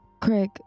Craig